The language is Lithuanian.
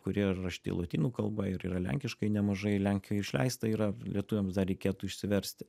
kurie rašyti lotynų kalba ir yra lenkiškai nemažai lenkijoj išleista yra lietuviams dar reikėtų išsiversti